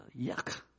yuck